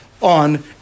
on